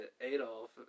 Adolf